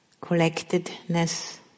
collectedness